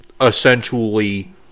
essentially